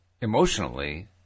emotionally